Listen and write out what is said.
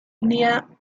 near